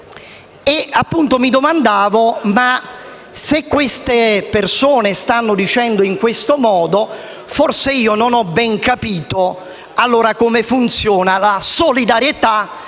e appunto mi domandavo questo: se queste persone stanno dicendo questo, forse io non ho ben capito allora come funzionano la solidarietà